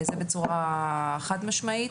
זה בצורה חד משמעית.